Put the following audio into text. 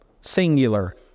singular